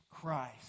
Christ